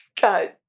God